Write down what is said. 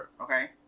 Okay